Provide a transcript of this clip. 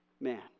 man